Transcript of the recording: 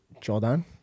Jordan